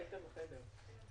(הישיבה נפסקה בשעה 11:00 ונתחדשה בשעה 11:45.)